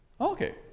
okay